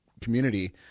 community